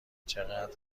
چقدر